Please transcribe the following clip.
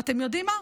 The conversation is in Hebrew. ואתם יודעים מה?